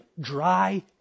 dry